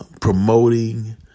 promoting